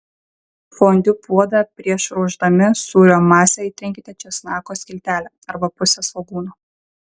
fondiu puodą prieš ruošdami sūrio masę įtrinkite česnako skiltele arba puse svogūno